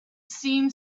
seemed